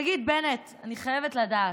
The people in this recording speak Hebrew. תגיד, בנט, אני חייבת לדעת: